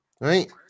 right